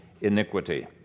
iniquity